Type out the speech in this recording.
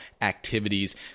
activities